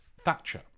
Thatcher